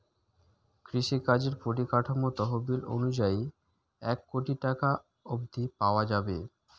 কৃষিকাজের পরিকাঠামো তহবিল অনুযায়ী এক কোটি টাকা অব্ধি পাওয়া যাবে